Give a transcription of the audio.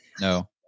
no